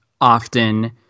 often